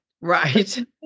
Right